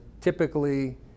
typically